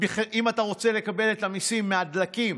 אם אתה רוצה לקבל את המיסים מהדלקים